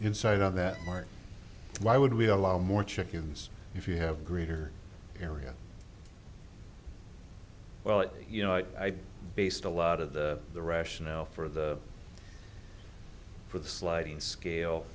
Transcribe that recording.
inside on that mark why would we allow more chickens if you have greater area well you know i based a lot of the the rationale for the for the sliding scale